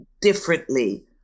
differently